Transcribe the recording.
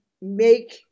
make